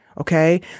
Okay